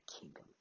kingdom